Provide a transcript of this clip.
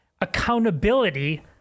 accountability